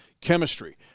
Chemistry